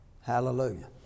hallelujah